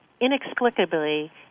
inexplicably